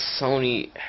Sony